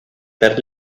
per